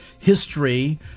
history